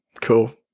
Cool